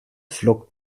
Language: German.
flockt